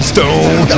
Stone